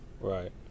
Right